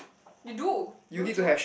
you do don't you